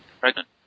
pregnant